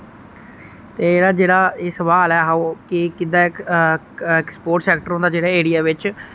ते ऐह्ड़ा जेह्ड़ा एह् सवाल ऐ हा ओह कि किदा इक स्पोर्ट सैक्टर होंदा जेह्ड़ा एरिया बिच